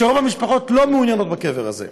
ורוב המשפחות לא מעוניינות בקבר הזה.